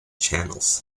channels